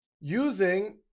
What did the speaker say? Using